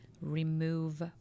remove